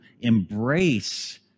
embrace